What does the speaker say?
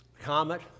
Comet